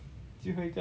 就会 mah